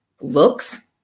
looks